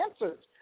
answers